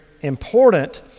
important